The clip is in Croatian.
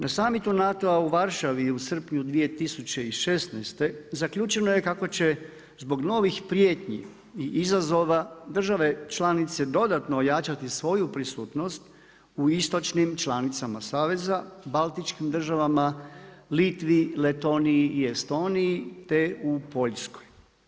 Na summitu NATO-a u Varšavi, u srpnju 2016. zaključeno je kako će zbog novih prijetnji i izazova države članice dodatno ojačati svoju prisutnost u istočnim članicama saveza, baltičkim državama, Litvi, Letoniji i Estoniji te u Poljskoj.